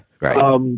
Right